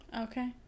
okay